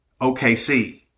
OKC